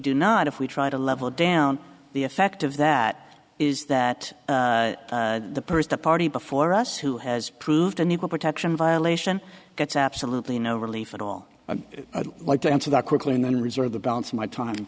do not if we try to level down the effect of that is that the person or party before us who has proved an equal protection violation gets absolutely no relief at all i'd like to answer that quickly and then reserve the balance of my time